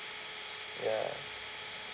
ya